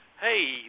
hey